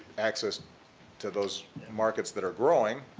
access to those markets that are growing,